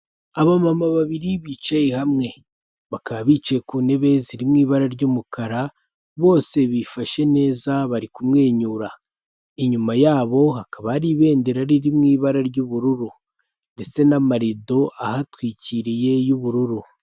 Abamama babiri bicaye hamwe, bakaba bicaye ku ntebe ziri mu ibara ry'umukara bose bifashe neza bari kumwenyura. Inyuma yabo hakaba ari ibendera riri mu ibara ry'ubururu ndetse n'amarido ahatwikiriye y'ubururu.